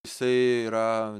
jisai yra